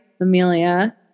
Amelia